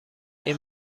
این